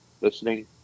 listening